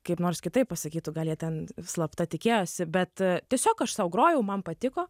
kaip nors kitaip pasakytų gal jie ten slapta tikėjosi bet tiesiog aš sau grojau man patiko